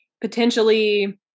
potentially